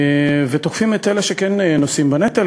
ותוקפים את אלה שכן נושאים בנטל,